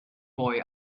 boy